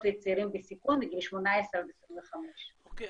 וצעירות בסיכון מגיל 18 עד 25. אוקיי,